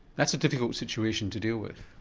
that's a difficult situation to deal with.